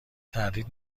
تردید